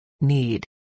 need